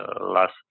last